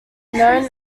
known